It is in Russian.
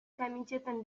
комитетом